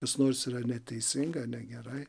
kas nors yra neteisinga negerai